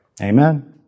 amen